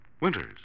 Winters